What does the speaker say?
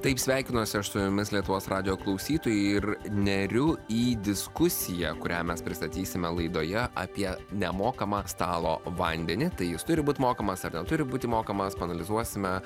taip sveikinuosi aš su jumis lietuvos radijo klausytojai ir neriu į diskusiją kurią mes pristatysime laidoje apie nemokamą stalo vandenį tai jis turi būt mokamas ar neturi būti mokamas paanalizuosime